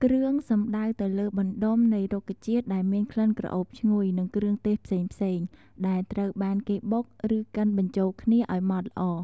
គ្រឿង សំដៅទៅលើបណ្តុំនៃរុក្ខជាតិដែលមានក្លិនក្រអូបឈ្ងុយ និងគ្រឿងទេសផ្សេងៗ ដែលត្រូវបានគេបុក ឬកិនបញ្ចូលគ្នា ឱ្យម៉ដ្តល្អ។